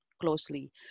closely